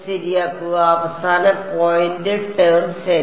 dx ശരിയാക്കുക അവസാന point term ശരി